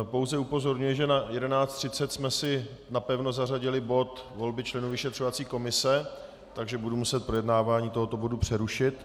Pouze upozorňuji, že na 11.30 jsme si napevno zařadili bod volby členů vyšetřovací komise, takže budu muset projednávání tohoto bodu přerušit.